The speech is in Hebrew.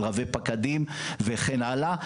על רבי פקדים וכן הלאה,